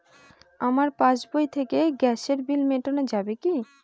আমার পাসবই থেকে গ্যাসের বিল মেটানো যাবে কি?